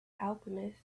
alchemist